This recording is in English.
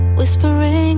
whispering